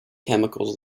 chemicals